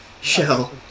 shell